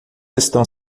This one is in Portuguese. estão